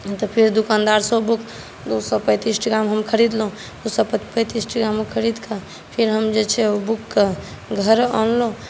तऽ फेर दोकानदारसँ बुक दू सए पैँतीस टाकामे हम खरीदलहुँ दू सए पैँतीस टाकामे खरीद कऽ फेर हम जे छै ओ बुककेँ घरो अनलहुँ